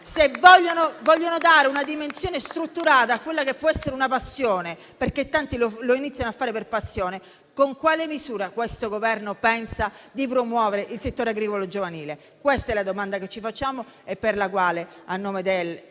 se vogliono dare una dimensione strutturata a quella che può essere una passione? Tanti iniziano a fare tale mestiere per passione. Con quale misura questo Governo pensa di promuovere il settore agricolo giovanile? Queste sono le domande che ci facciamo e per le quali, a nome di